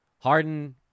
Harden